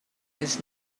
his